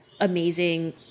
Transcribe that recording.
amazing